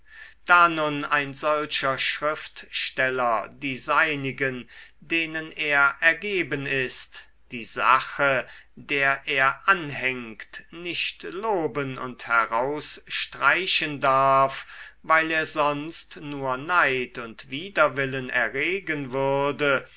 da nun ein solcher schriftsteller die seinigen denen er ergeben ist die sache der er anhängt nicht loben und herausstreichen darf weil er sonst nur neid und widerwillen erregen würde